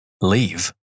Leave